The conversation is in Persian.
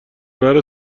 نره